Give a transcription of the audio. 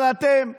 אבל אתם עיוורים,